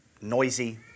noisy